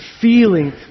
feeling